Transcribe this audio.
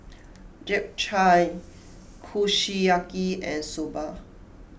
Japchae Kushiyaki and Soba